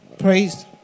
praise